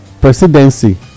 presidency